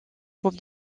groupe